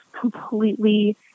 completely